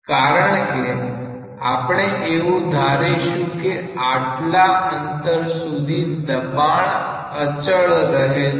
કારણ છે આપણે એવું ધારીશું કે આટલા અંતર સુધી દબાણ અચળ રહે છે